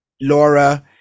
Laura